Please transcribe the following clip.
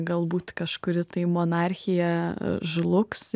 galbūt kažkuri tai monarchija žlugs